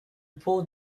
pull